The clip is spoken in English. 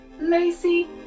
Lacey